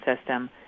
system